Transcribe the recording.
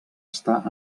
està